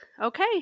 okay